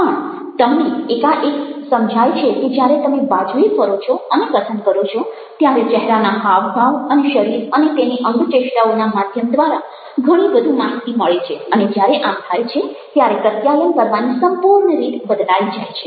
પણ તમને એકાએક સમજાય છે કે જ્યારે તમે બાજુએ ફરો છો અને કથન કરો છો ત્યારે ચહેરાના હાવભાવ અને શરીર અને તેની અંગચેષ્ટાઓના માધ્યમ દ્વારા ઘણી વધુ માહિતી મળે છે અને જ્યારે આમ થાય છે ત્યારે પ્રત્યાયન કરવાની સંપૂર્ણ રીત બદલાઈ જાય છે